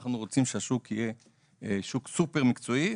אנחנו רוצים שהשוק יהיה סופר מקצועי.